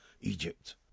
Egypt